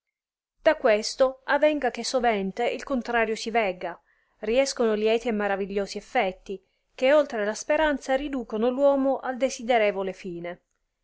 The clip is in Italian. da questo avenga clie sovente il contrario si vegga riescono lieti e maravigliosi effetti che oltre la speranza riducono l'uomo al desidercvole fine